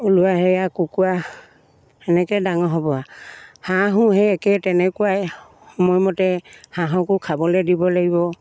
ওলোৱা সেয়া কুকুৰা তেনেকৈ ডাঙৰ হ'ব আৰু হাঁহো সেই একেই তেনেকুৱাই সময়মতে হাঁহকো খাবলৈ দিব লাগিব